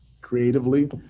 creatively